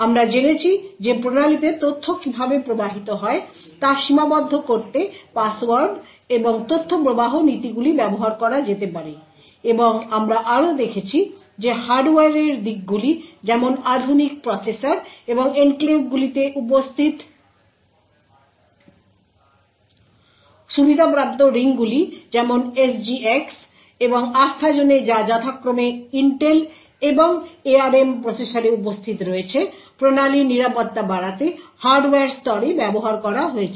আমরা জেনেছি যে প্রণালীতে তথ্য কীভাবে প্রবাহিত হয় তা সীমাবদ্ধ করতে পাসওয়ার্ড এবং তথ্য প্রবাহ নীতিগুলি ব্যবহার করা যেতে পারে এবং আমরা আরও দেখেছি যে হার্ডওয়্যারের দিকগুলি যেমন আধুনিক প্রসেসর এবং এনক্লেভগুলিতে উপস্থিত সুবিধাপ্রাপ্ত রিংগুলি যেমন SGX এবং আস্থাজোনে যা যথাক্রমে ইন্টেল এবং ARM প্রসেসরে উপস্থিত রয়েছে প্রণালীর নিরাপত্তা বাড়াতে হার্ডওয়্যার স্তরে ব্যবহার করা হয়েছে